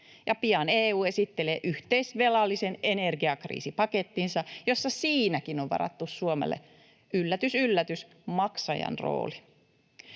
pian EU esittelee yhteisvelallisen energiakriisipakettinsa, jossa siinäkin on varattu Suomelle — yllätys yllätys — maksajan rooli.